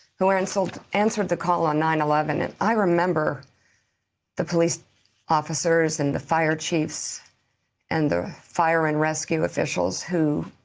who so answered the call on nine eleven. and i remember the police officers and the fire chiefs and the fire and rescue officials who